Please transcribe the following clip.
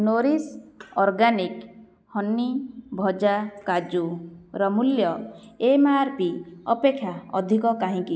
nourish organic honey ଭଜା କାଜୁର ମୂଲ୍ୟ ଏମ୍ ଆର୍ ପି ଅପେକ୍ଷା ଅଧିକ କାହିଁକି